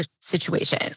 situation